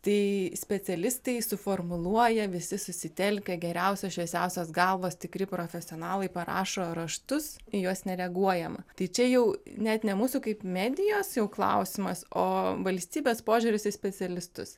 tai specialistai suformuluoja visi susitelkę geriausios šviesiausios galvos tikri profesionalai parašo raštus į juos nereaguojama tai čia jau net ne mūsų kaip medijos jau klausimas o valstybės požiūris į specialistus